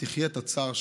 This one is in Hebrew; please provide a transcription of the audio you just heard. תחיה את הצער שלו.